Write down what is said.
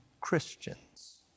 Christians